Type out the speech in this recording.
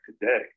today